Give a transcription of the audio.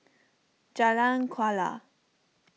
Jalan Kuala